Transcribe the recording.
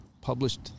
published